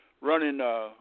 running